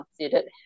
considered